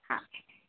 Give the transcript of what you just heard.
हा